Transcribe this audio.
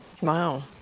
Wow